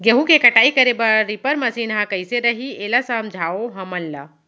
गेहूँ के कटाई करे बर रीपर मशीन ह कइसे रही, एला समझाओ हमन ल?